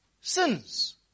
sins